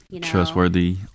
Trustworthy